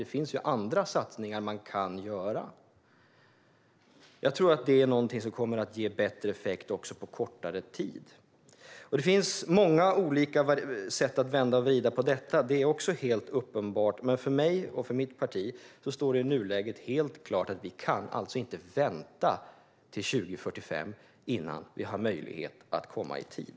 Det finns ju andra satsningar man kan göra. Jag tror att de kommer att ge bättre effekt på kortare tid. Det finns många sätt att vända och vrida på detta. Det är också helt uppenbart. Men för mig och mitt parti står det i nuläget helt klart att vi inte kan vänta till 2045 innan vi har möjlighet att komma i tid.